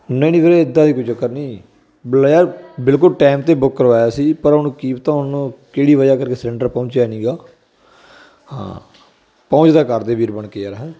ਨਹੀਂ ਨਹੀਂ ਵੀਰੇ ਇੱਦਾਂ ਦੀ ਕੋਈ ਚੱਕਰ ਨਹੀਂ ਬਲੈ ਬਿਲਕੁਲ ਟਾਈਮ 'ਤੇ ਬੁੱਕ ਕਰਵਾਇਆ ਸੀ ਪਰ ਉਹਨੂੰ ਕੀ ਪਤਾ ਹੁਣ ਕਿਹੜੀ ਵਜ੍ਹਾ ਕਰਕੇ ਸਲੰਡਰ ਪਹੁੰਚਿਆ ਨਹੀਂ ਗਾ ਹਾਂ ਪਹੁੰਚਦਾ ਕਰਦੇ ਵੀਰ ਬਣ ਕੇ ਯਾਰ ਹੈ